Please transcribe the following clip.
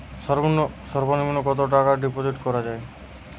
সর্ব নিম্ন কতটাকা ডিপোজিট করা য়ায়?